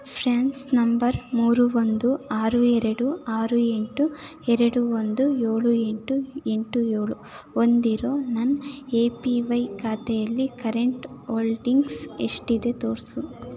France number ಮೂರು ಒಂದು ಆರು ಎರಡು ಆರು ಎಂಟು ಎರಡು ಒಂದು ಏಳು ಎಂಟು ಎಂಟು ಏಳು ಹೊಂದಿರೋ ನನ್ನ ಎ ಪಿ ವೈ ಖಾತೆಯಲ್ಲಿ ಕರೆಂಟ್ ಹೋಲ್ಡಿಂಗ್ಸ್ ಎಷ್ಟಿದೆ ತೋರಿಸು